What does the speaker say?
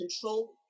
Control